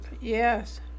Yes